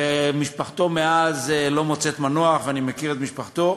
ומשפחתו מאז לא מוצאת מנוח, ואני מכיר את משפחתו.